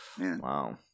Wow